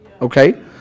Okay